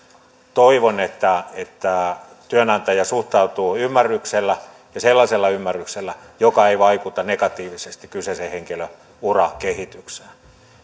toivon että että työnantaja suhtautuu ymmärryksellä ja sellaisella ymmärryksellä joka ei vaikuta negatiivisesti kyseisen henkilön urakehitykseen